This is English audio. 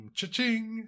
Cha-ching